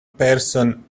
person